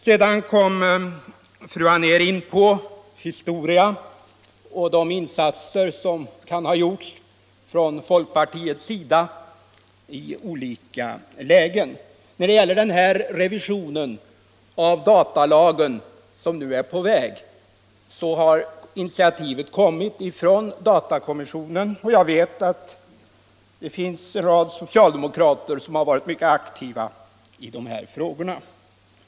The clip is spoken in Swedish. Sedan kom fru Anér in på historien och de insatser som kan ha gjorts av folkpartiet i olika lägen. När det gäller den revision av datalagen som nu är på väg har initiativet kommit från datainspektionen. Jag vet att en rad socialdemokrater har varit mycket aktiva i dessa frågor.